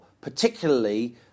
particularly